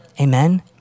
Amen